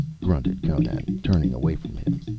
grunted conan, turning away from him.